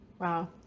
Wow